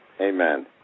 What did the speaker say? Amen